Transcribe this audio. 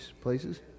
places